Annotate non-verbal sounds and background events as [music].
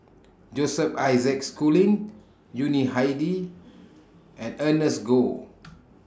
Joseph Isaac Schooling Yuni Hadi and Ernest Goh [noise]